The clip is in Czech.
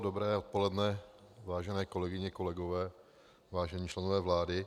Dobré odpoledne, vážené kolegyně, kolegové, vážení členové vlády.